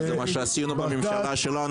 במה שעשינו בממשלה שלנו,